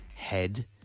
Head